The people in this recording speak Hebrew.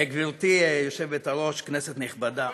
גברתי היושבת-ראש, כנסת נכבדה.